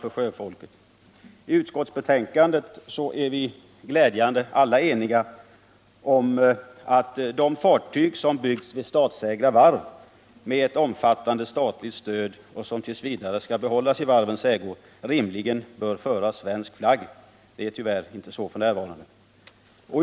I utskottet har vi alla på ett glädjande sätt varit eniga om att de fartyg som byggs vid statsägda varv med ett omfattande statligt stöd och som t. v. skall behållas i varvens ägo rimligen bör föra svensk flagg. Det är tyvärr inte så f. n.